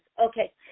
Okay